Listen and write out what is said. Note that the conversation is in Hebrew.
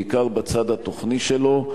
בעיקר בצד התוכני שלו.